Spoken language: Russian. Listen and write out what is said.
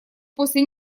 после